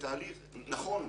נכון,